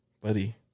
Buddy